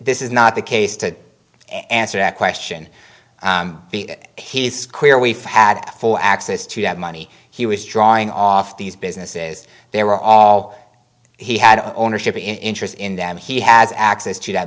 this is not the case to answer that question he's square we've had full access to that money he was drawing off these businesses they were all he had ownership interest in them he has access t